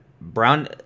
Brown